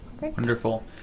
Wonderful